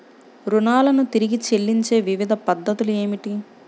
రుణాలను తిరిగి చెల్లించే వివిధ పద్ధతులు ఏమిటి?